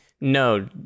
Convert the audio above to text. No